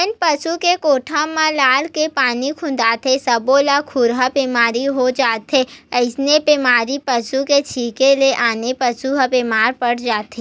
जेन पसु के गोड़ म लार के पानी खुंदाथे सब्बो ल खुरहा बेमारी हो जाथे अइसने बेमारी पसू के छिंके ले आने पसू ह बेमार पड़ जाथे